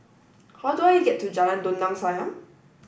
how do I get to Jalan Dondang Sayang